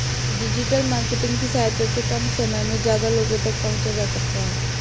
digital marketing की सहायता से कम समय में ज्यादा लोगो तक पंहुचा जा सकता है